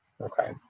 Okay